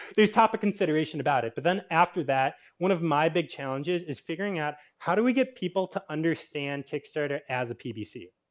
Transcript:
there's top of consideration about it. but then after that one of my big challenges is figuring out how do we get people to understand kickstarter as a pbc?